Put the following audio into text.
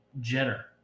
Jenner